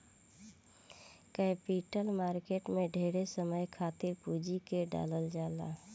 capital market में ढेरे समय खातिर पूंजी के डालल जाला